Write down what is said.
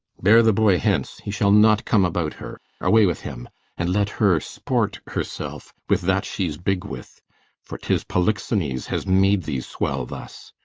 bear the boy hence he shall not come about her away with him and let her sport herself with that she's big with for tis polixenes has made thee swell thus.